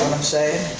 i'm saying?